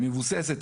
הזה.